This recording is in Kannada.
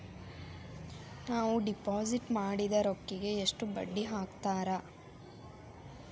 ನಾವು ಡಿಪಾಸಿಟ್ ಮಾಡಿದ ರೊಕ್ಕಿಗೆ ಎಷ್ಟು ಬಡ್ಡಿ ಹಾಕ್ತಾರಾ?